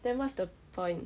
then what's the point